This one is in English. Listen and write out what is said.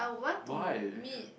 why